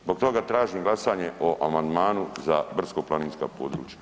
Zbog tražim glasanje o amandmanu za brdsko-planinska područja.